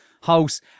house